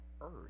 earth